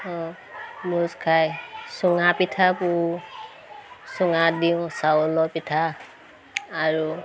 ভোজ খাই চুঙা পিঠা পোৰোঁ চুঙাত দিওঁ চাউলৰ পিঠা আৰু